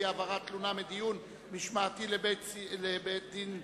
(העברת תלונה מדיון משמעתי לבית-דין צבאי),